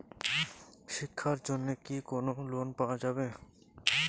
শিক্ষার জন্যে কি কোনো লোন পাওয়া যাবে?